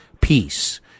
peace